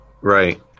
Right